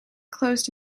closed